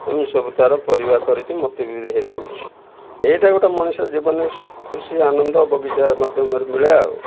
ଏମିତି ସବୁ ତାର ପରିବା କରିଛି ମୋତେ ବି ହେଇ ଦେଉଛି ଏଇଟା ଗୋଟେ ମଣିଷ ଜୀବନରେ ଖୁସି ଆନନ୍ଦ ବଗିଚା ମାଧ୍ୟମରେ ମିଳେ ଆଉ